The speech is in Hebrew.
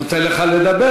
נותן לך לדבר,